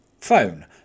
Phone